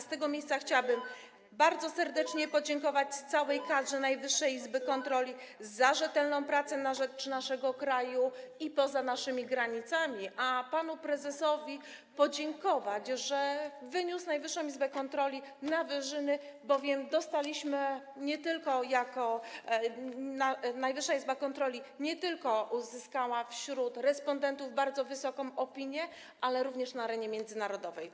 Z tego miejsca chciałabym bardzo serdecznie podziękować całej kadrze Najwyższej Izby Kontroli za rzetelną pracę na rzecz naszego kraju, także poza naszymi granicami, a panu prezesowi podziękować, że wyniósł Najwyższą Izbę Kontroli na wyżyny, bowiem Najwyższa Izba Kontroli nie tylko uzyskała wśród respondentów bardzo wysoką opinię, ale również na arenie międzynarodowej.